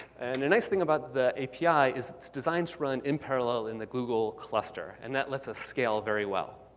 and the nice thing about the api is it's designed to run in parallel in the google cluster, and that lets us scale very well.